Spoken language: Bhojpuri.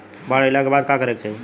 बाढ़ आइला के बाद का करे के चाही?